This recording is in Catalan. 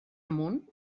amunt